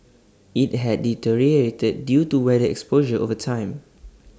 IT had deteriorated due to weather exposure over time